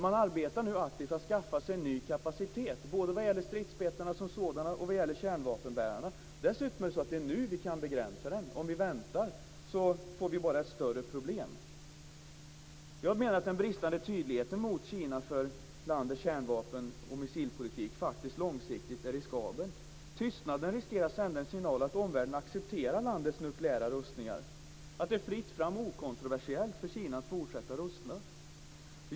Man arbetar nu aktivt för att skaffa sig ny kapacitet både vad gäller stridsspetsarna som sådana och vad gäller kärnvapenbärarna. Dessutom är det nu vi kan begränsa den. Om vi väntar får vi bara ett större problem. Jag menar att den bristande tydligheten mot Kina vad gäller landets kärnvapen och missilpolitik faktiskt långsiktigt är riskabel. Tystnaden riskerar att sända en signal att omvärlden accepterar landets nukleära rustningar, att det är fritt fram och okontroversiellt för Kina att fortsätta rusta.